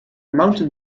mountain